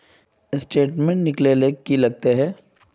Statement निकले ले की लगते है?